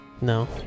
No